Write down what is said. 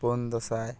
ᱯᱩᱱ ᱫᱟᱸᱥᱟᱭ